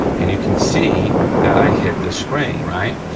and you can see that i hit the spring, right?